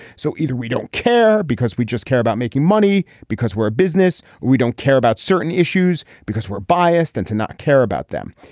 so either we don't care because we just care about making money because we're a business we don't care about certain issues because we're biased and to not care about them.